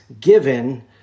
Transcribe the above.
given